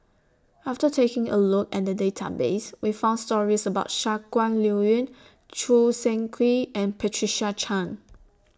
after taking A Look At The Database We found stories about Shangguan Liuyun Choo Seng Quee and Patricia Chan